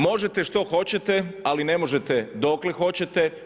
Možete što hoćete, ali ne možete dokle hoćete.